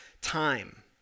time